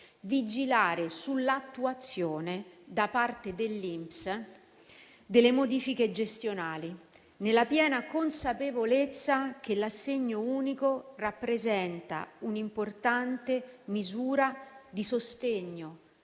vigilare sull'attuazione da parte dell'INPS delle modifiche gestionali, nella piena consapevolezza che l'assegno unico rappresenta un'importante misura di sostegno